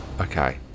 Okay